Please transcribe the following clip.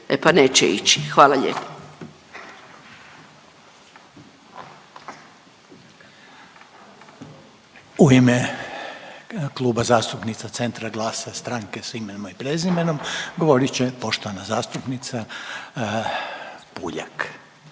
**Reiner, Željko (HDZ)** U ime Kluba zastupnica Centra, GLAS-a i Stranke s imenom i prezimenom govorit će poštovana zastupnica Puljak,